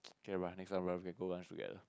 okay bruh next time lunch we can go lunch together